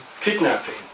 kidnapping